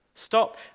Stop